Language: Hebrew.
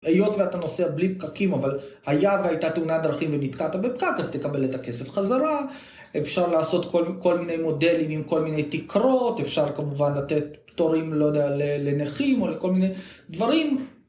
היות ואתה נוסע בלי פקקים אבל היה והייתה תאונת דרכים ונתקעת בפקק אז תקבל את הכסף חזרה אפשר לעשות כל מיני מודלים עם כל מיני תקרות אפשר כמובן לתת פטורים לא יודע לנכים או לכל מיני דברים